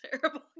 terrible